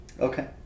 Okay